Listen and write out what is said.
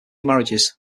marriages